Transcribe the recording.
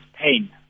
pain